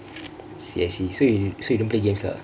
I see I see so you don't play games lah